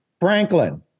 Franklin